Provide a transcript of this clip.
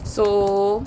so